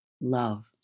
Love